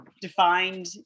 defined